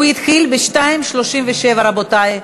הוא התחיל ב-14:37, רבותי.